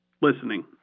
listening